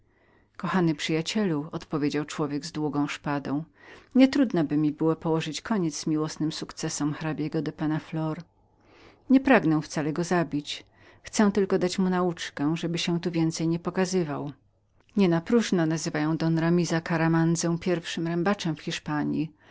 kochany przyjacielu odpowiedział człowiek z długą szpadą nie trudno by mi było położyć koniec miłosnym wyprawom hrabiego penna flor nie pragnę wcale go zabić ale tylko nauczyć aby tu więcej nie powracał nie napróżno nazywają don ramira caramanza pierwszym pojedynkarzem w hiszpanji